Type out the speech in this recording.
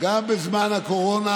גם בזמן הקורונה,